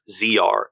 ZR